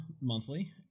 monthly